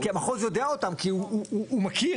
כי המחוז יודע אותן כי הוא מכיר.